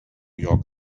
york